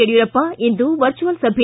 ಯಡಿಯೂರಪ್ಪ ಇಂದು ವರ್ಚುವಲ್ ಸಭೆ